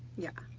yeah.